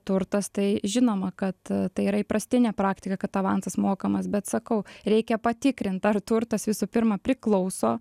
turtas tai žinoma kad tai yra įprastinė praktika kad avansas mokamas bet sakau reikia patikrint ar turtas visų pirma priklauso